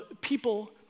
people